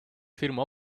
firma